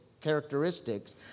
characteristics